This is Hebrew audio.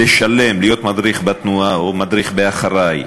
לשלם, להיות מדריך בתנועה או מדריך ב"אחריי!",